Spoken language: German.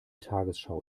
tagesschau